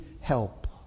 help